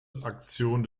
aktion